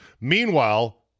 Meanwhile